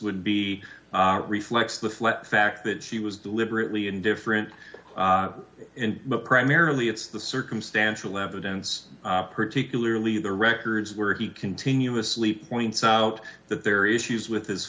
would be reflects the fact that she was deliberately indifferent and primarily it's the circumstantial evidence particularly the records where he continuously points out that their issues with his